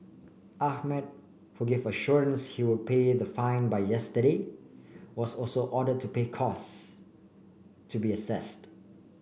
ahmed who gave assurance he would pay the fine by yesterday was also ordered to pay costs to be assessed